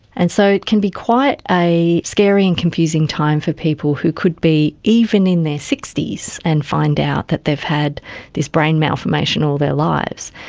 and so it can be quite a scary and confusing times are people who could be even in their sixty s and find out that they've had this brain malformation all their lives.